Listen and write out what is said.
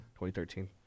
2013